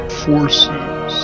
forces